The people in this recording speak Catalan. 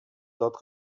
tot